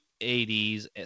80s